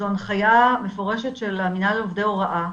זו הנחיה מפורשת של מינהל עובדי ההוראה